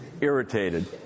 irritated